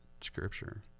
scripture